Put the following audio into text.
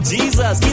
Jesus